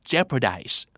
Jeopardize